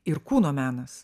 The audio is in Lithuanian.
ir kūno menas